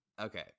Okay